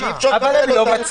כי אי אפשר --- אבל הם לא מצביעים.